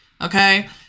Okay